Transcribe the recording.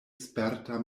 sperta